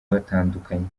batandukanye